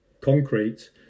concrete